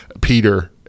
Peter